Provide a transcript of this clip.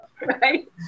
Right